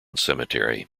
cemetery